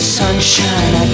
sunshine